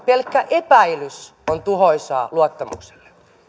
pelkkä epäilys on tuhoisaa luottamukselle